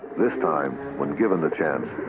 this time, when given the chance,